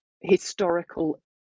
historical